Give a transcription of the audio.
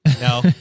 No